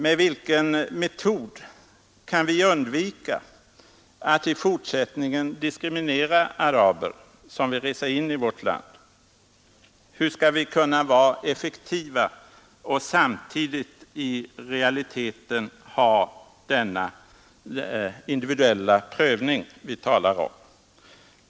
Med vilken metod kan vi undvika att i fortsättningen diskriminera araber som vill resa in i vårt land? Hur skall vi kunna vara effektiva och samtidigt i realiteten ha denna individuella prövning som man talar om?